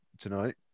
tonight